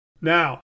Now